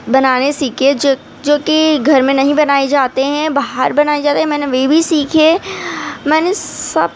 بنانے سیکھے جو جو کہ گھر میں نہیں بنائے جاتے ہیں باہر بنائے جاتے ہیں میں نے وہ بھی سیکھے میں نے سب